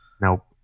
Nope